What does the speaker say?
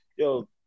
Yo